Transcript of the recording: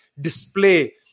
display